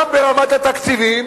גם ברמת התקציבים